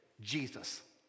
Jesus